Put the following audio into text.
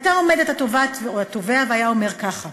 היה עומד התובע והיה אומר ככה: